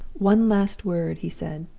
one last word he said.